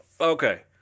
Okay